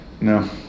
No